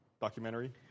documentary